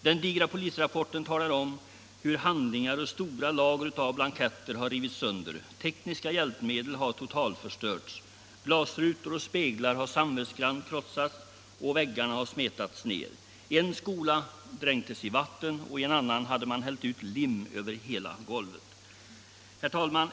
Den digra polisrapporten talar om att handlingar och stora lager av blanketter har rivits sönder, tekniska hjälpmedel har totalförstörts, glasrutor och speglar har samvetsgrant krossats och väggarna har smetats ned. En skola dränktes i vatten, i en annan hade man hällt ut lim över hela golvet. Herr talman!